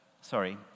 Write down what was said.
sorry